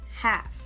half